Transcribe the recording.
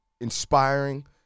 inspiring